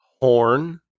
horn